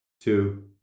two